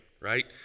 right